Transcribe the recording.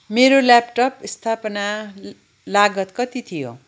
मेरो ल्यापटप स्थापना लागत कति थियो